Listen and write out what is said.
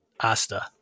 Asta